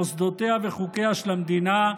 מוסדותיה וחוקיה של המדינה,